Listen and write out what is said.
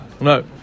No